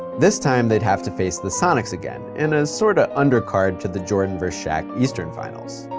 this time, they'd have to face the sonics again in a sort of under card to the jordan versus shaq eastern finals.